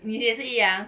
你这也是一样